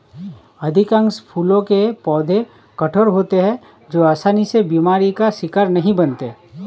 अधिकांश फूलों के पौधे कठोर होते हैं जो आसानी से बीमारी का शिकार नहीं बनते